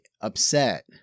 upset